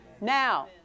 Now